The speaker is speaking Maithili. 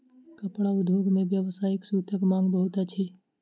कपड़ा उद्योग मे व्यावसायिक सूतक मांग बहुत अछि